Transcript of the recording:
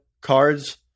cards